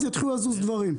אז יתחילו לזוז דברים,